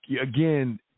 again